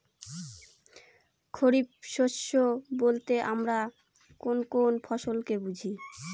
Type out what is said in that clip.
খরিফ শস্য বলতে আমরা কোন কোন ফসল কে বুঝি?